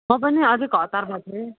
म पनि अलिक हतारमा थिएँ